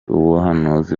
ubuhanuzi